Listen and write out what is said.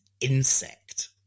insect